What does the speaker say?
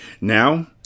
Now